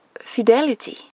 fidelity